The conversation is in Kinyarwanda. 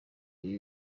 ibi